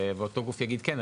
ואותו גוף יגיד: כן,